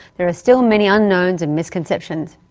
there are still many unknowns and misconceptions.